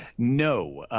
no.